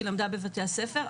שהיא למדה בבתי הספר.